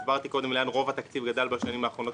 הסברתי לאן רוב התקציב גדל בשנים האחרונות